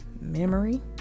memory